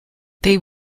they